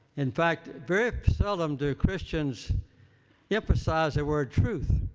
in fact, very seldom do christians emphasize the word truth.